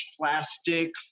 plastic